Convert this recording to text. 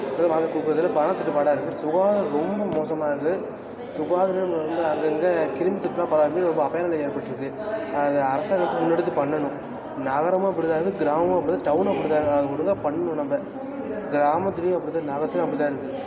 கொடுக்கறதில்ல பணத்தட்டுப்பாடாக இருக்குது சுகாதாரம் ரொம்ப மோசமாக இருக்குது சுகாதாரம் ரொம்ப அங்கங்கே கிருமித் தொற்றெலாம் பரவுவது ரொம்ப அபாய நிலை ஏற்பட்டிருக்கு அது அரசாங்கத்து முன்னெடுத்து பண்ணணும் நகரமும் அப்படி தான் இருக்குது கிராமமும் அப்படி தான் டவுனும் அப்படி தான் இருக்குது அதை ஒழுங்காக பண்நணும் நம்ப கிராமத்துலையும் அப்படி தான் நகரத்திலையும் அப்படி தான் இருக்குது